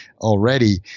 already